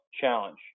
challenge